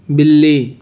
बिल्ली